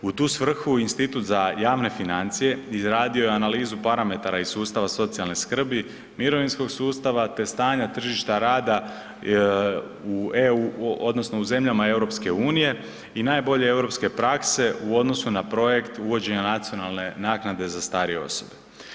U tu svrhu institut za javne financije izradio je analizu parametara iz sustava socijalne skrbi, mirovinskog sustava te stanja tržišta rada u zemljama EU i najbolje europske prakse u odnosu na projekt uvođenja nacionalne naknade za starije osobe.